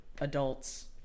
adults